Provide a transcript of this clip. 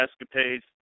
escapades